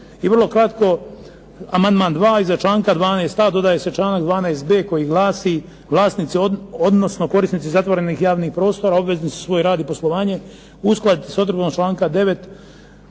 I vrlo kratko amandman dva. Iza članka 12.a dodaje se članak 12.b koji glasi: Vlasnici odnosno korisnici zatvorenih javnih prostora obvezni su svoj rad i poslovanje uskladiti s odredbom stavka 9.